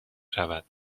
شود